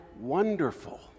wonderful